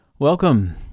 Welcome